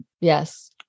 yes